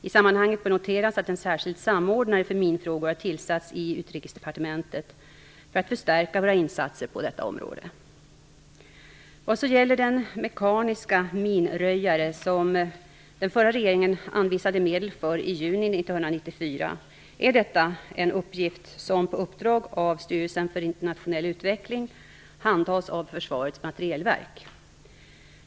I sammanhanget bör noteras att en särskild samordnare för minfrågor har tillsatts i Utrikesdepartementet för att förstärka våra insatser på detta område. Vad så gäller den mekaniska minröjare som den förra regeringen anvisade medel för i juni 1994 kan jag säga att det är ett ärende som på uppdrag av Styrelsen för internationell utveckling handhas av Försvarets materielverk.